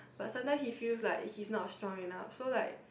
but sometime he feels like he's not strong enough so like